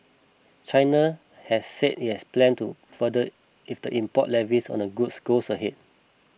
China has said it has a plan to further if the import levies on a goods goes ahead